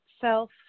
self